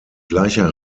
gleicher